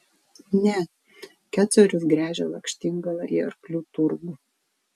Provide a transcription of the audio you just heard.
ne kecorius gręžia lakštingalą į arklių turgų